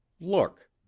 Look